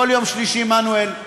כל יום שלישי, מנואל.